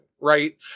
Right